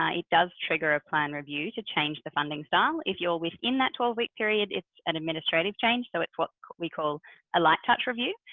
ah it does trigger a plan review to change the funding style, if you're within that twelve week period, it's an administrative change. so it's what we call a light touch review.